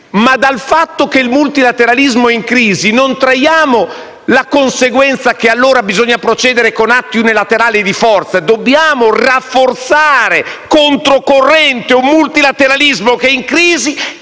ma dal fatto che il multilateralismo è in crisi non traiamo la conseguenza che allora bisogna procedere con atti unilaterali di forza. Dobbiamo rafforzare controcorrente un multilateralismo che è in crisi